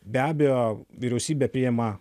be abejo vyriausybė priima